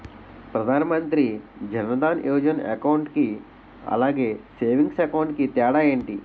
Pradhan Mantri Jan Dhan Yojana account కి అలాగే savings account కి తేడా ఏంటి?